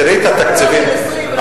לא של 20 ולא של 21,